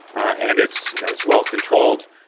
and it's you know it's well-controlled,